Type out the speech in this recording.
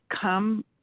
come